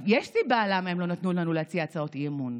יש סיבה למה הם לא נתנו לנו להציע הצעות אי-אמון,